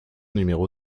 numéro